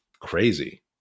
crazy